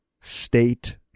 state